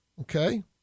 Okay